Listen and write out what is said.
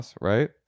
right